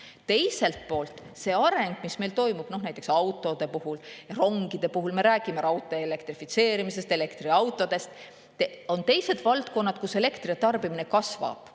Teiselt poolt see areng, mis meil toimub näiteks autode ja rongide puhul: me räägime raudtee elektrifitseerimisest ja elektriautodest. Nii et on teised valdkonnad, kus elektritarbimine kasvab.